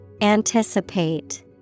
Anticipate